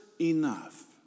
enough